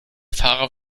fahrer